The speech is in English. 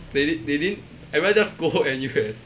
they didn't they didn't I rather just go hop N_U_S